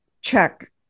check